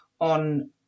on